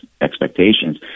expectations